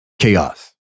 chaos